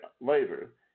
labor